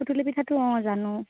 সুতুলি পিঠাটো অঁ জানো